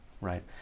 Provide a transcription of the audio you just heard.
right